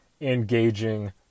engaging